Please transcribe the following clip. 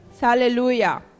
Hallelujah